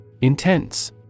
Intense